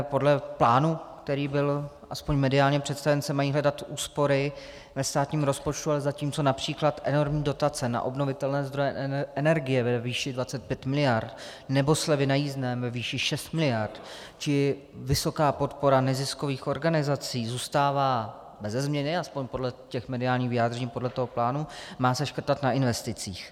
Podle plánu, který byl aspoň mediálně představen, se mají hledat úspory ve státním rozpočtu, ale zatímco například enormní dotace na obnovitelné zdroje energie ve výši 25 miliard nebo slevy na jízdném ve výši 6 miliardy či vysoká podpora neziskových organizací zůstává beze změny, aspoň podle mediálních vyjádření, podle toho plánu, má se škrtat na investicích.